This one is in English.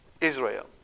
Israel